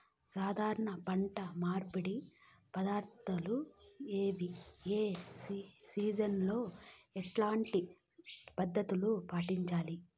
సాధారణ పంట మార్పిడి పద్ధతులు ఏవి? ఏ సీజన్ లో ఎట్లాంటి పద్ధతులు పాటించాలి?